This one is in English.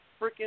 freaking